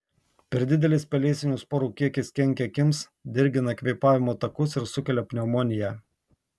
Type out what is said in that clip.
per didelis pelėsinių sporų kiekis kenkia akims dirgina kvėpavimo takus ir sukelia pneumoniją